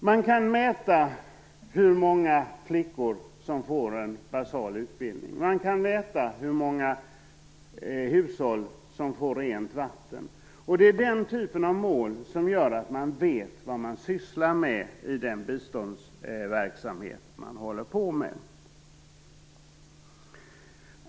Man kan mäta hur många flickor som får en basal utbildning och hur många hushåll som får rent vatten. Det är den typen av mål som gör att man vet vad man sysslar med i den biståndsverksamhet man bedriver.